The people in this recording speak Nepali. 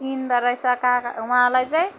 चिन्दोरहेछ काका उहाँलाई चाहिँ